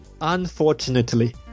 Unfortunately